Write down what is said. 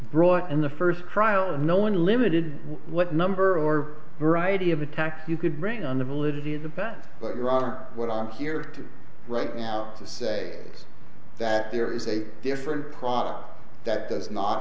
brought in the first trial and no one limited what number or variety of attack you could bring on the validity of the patent but you are what i'm here to right now to say that there is a different product that does not